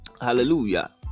hallelujah